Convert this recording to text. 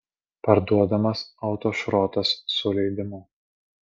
parduodamas autošrotas su leidimu